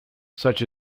such